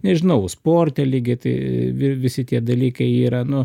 nežinau sporte lygiai tai vir visi tie dalykai yra nu